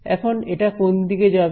এখন এটা কোন দিকে যাবে